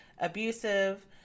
abusive